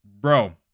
bro